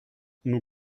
nous